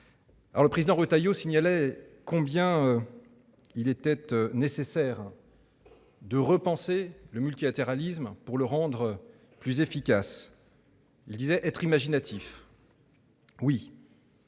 Le président Retailleau rappelait combien il était nécessaire de repenser le multilatéralisme pour le rendre plus efficace, en faisant preuve d'imagination. C'est